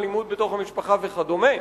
אלימות בתוך המשפחה וכדומה,